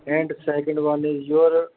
and second one your